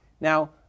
Now